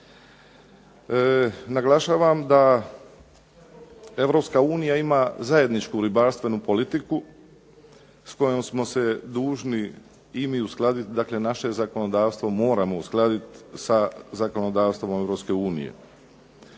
Naglašavam da EU ima zajedničku ribarstvenu politiku s kojom smo se dužni i mi uskladiti. Dakle, naše zakonodavstvo moramo uskladiti sa zakonodavstvom EU.